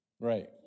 Right